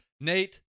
Nate